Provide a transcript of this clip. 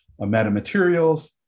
metamaterials